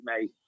mate